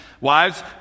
Wives